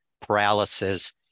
paralysis